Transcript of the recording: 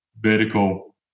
vertical